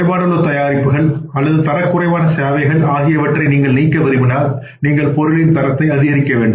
குறைபாடுள்ள தயாரிப்புகள் அல்லது தரக்குறைவான சேவைகள் ஆகியவற்றை நீங்கள் நீக்க விரும்பினால் நீங்கள் பொருளின் தரத்தை அதிகரிக்க வேண்டும்